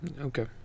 okay